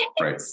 Right